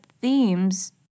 themes